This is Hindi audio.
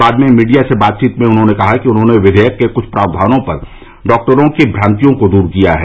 बाद में मीडिया से बातचीत में उन्होंने कहा कि उन्होंने विधेयक के कुछ प्रावधानों पर डॉक्टरों की भ्रांतियों को दूर किया है